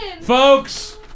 folks